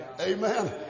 Amen